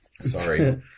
Sorry